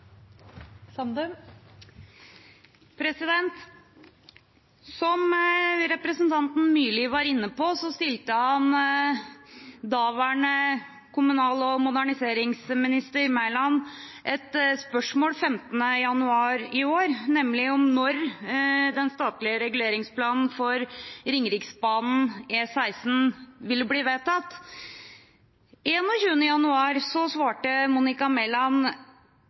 transportplan. Som representanten Myrli var inne på, stilte han daværende kommunal- og moderniseringsminister Mæland et spørsmål den 15. januar i år om når den statlige reguleringsplanen for Ringeriksbanen/E16 ville bli vedtatt. Den 21. januar svarte Monica Mæland